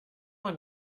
man